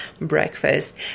breakfast